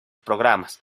programas